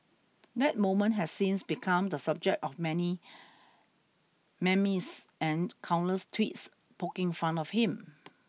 that moment has since become the subject of many memes and countless tweets poking fun of him